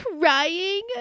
crying